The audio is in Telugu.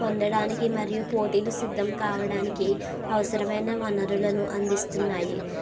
పొందడానికి మరియు పోటీలు సిద్ధం కావడానికి అవసరమైన వనరులను అందిస్తున్నాయి